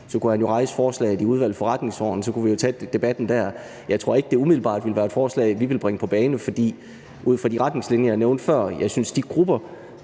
så kunne han jo rejse forslaget i Udvalget for Forretningsordenen, og så kunne vi jo tage debatten der. Jeg tror ikke, at det umiddelbart ville være et forslag, vi ville bringe på banen. For ud fra de retningslinjer, jeg nævnte før, synes jeg,